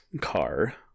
car